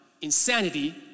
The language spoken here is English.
insanity